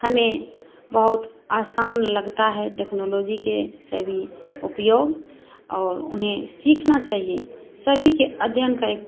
हमें बहुत आसान लगता है टेक्नोलॉजी के सभी उपयोग और उन्हें सीखना चाहिए सभी के अध्ययन का एक